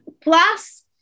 Plus